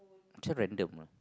this one random ah